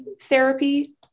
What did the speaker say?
therapy